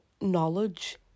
knowledge